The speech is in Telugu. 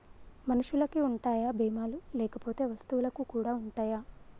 మనుషులకి ఉంటాయా బీమా లు లేకపోతే వస్తువులకు కూడా ఉంటయా?